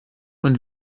und